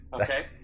Okay